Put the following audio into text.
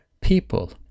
people